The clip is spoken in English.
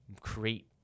create